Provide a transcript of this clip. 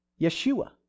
Yeshua